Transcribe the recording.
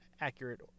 accurate